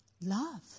love